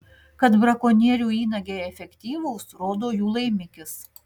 kad brakonierių įnagiai efektyvūs rodo jų laimikis